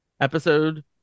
Episode